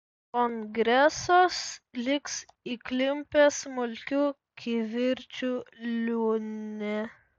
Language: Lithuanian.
kongresas liks įklimpęs smulkių kivirčų liūne